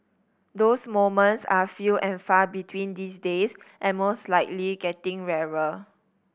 those moments are few and far between these days and most likely getting rarer